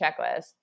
checklist